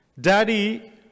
Daddy